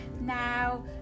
now